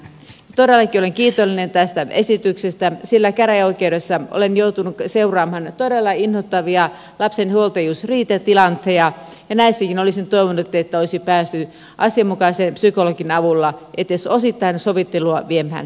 todellakin olen kiitollinen tästä esityksestä sillä käräjäoikeudessa olen joutunut seuraamaan todella inhottavia lapsen huoltajuusriitatilanteita ja näissäkin olisin toivonut että olisi päästy asianmukaisen psykologin avulla edes osittain sovittelua viemään